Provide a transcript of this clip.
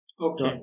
Okay